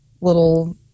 little